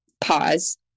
pause